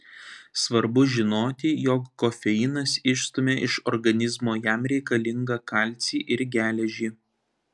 svarbu žinoti jog kofeinas išstumia iš organizmo jam reikalingą kalcį ir geležį